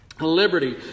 liberty